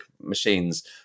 machines